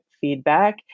feedback